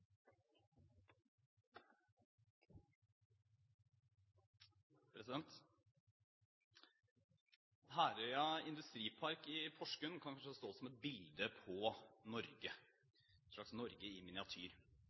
Herøya Industripark i Porsgrunn kan for så vidt stå som et bilde på Norge – et Norge i miniatyr.